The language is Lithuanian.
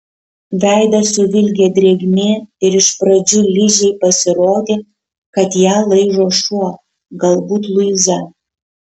veidą suvilgė drėgmė ir iš pradžių ližei pasirodė kad ją laižo šuo galbūt luiza